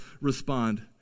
respond